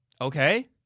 okay